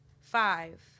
Five